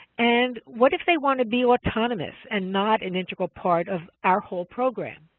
and, what if they want to be autonomous and not an integral part of our whole program?